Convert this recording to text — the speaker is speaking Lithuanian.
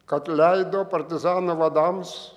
kad leido partizanų vadams